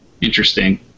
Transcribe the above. Interesting